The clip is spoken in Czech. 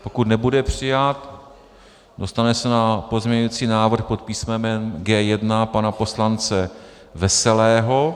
Pokud nebude přijat, dostane se na pozměňovací návrh pod písmenem G1 pana poslance Veselého.